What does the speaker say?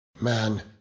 Man